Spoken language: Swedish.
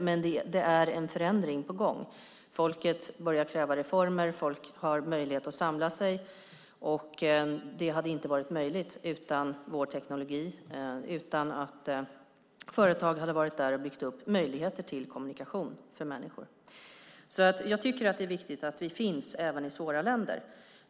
Men det är en förändring på gång. Folket börjar kräva reformer, och folk har möjlighet att samla sig. Det hade inte varit möjligt utan vår teknologi och utan att företag hade varit där och byggt upp möjligheter till kommunikation för människor. Jag tycker att det är viktigt att vi finns även i svåra länder.